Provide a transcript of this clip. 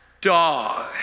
dog